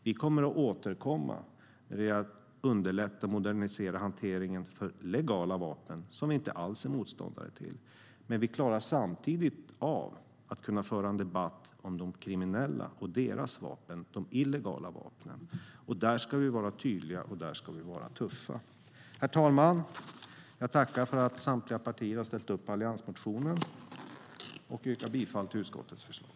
Vi kommer att återkomma när det gäller att underlätta och modernisera hanteringen av legala vapen, som vi inte alls är motståndare till. Men vi klarar av att samtidigt föra en debatt om de kriminella och deras vapen, de illegala vapnen. Där ska vi vara tydliga, och där ska vi vara tuffa. Herr talman! Jag tackar för att samtliga partier har ställt upp på alliansmotionen, och jag yrkar bifall till utskottets förslag.